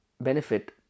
benefit